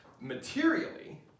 materially